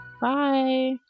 Bye